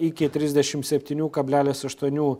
iki trisdešimt septynių kablelis aštuonių